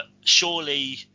surely